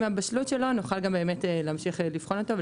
עם הבשלות שלו נוכל גם להמשיך לבחון אותו.